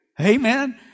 Amen